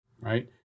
right